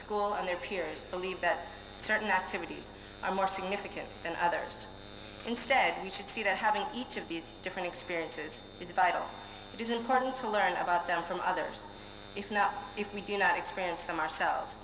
school and their peers believe that certain activities are more significant than others instead we should see that having each of these different experiences is a vital it is important to learn about them from others if not if we do not experience from ourselves